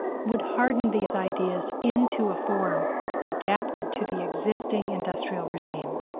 would harden these ideas into a form adapted to the existing industrial regime.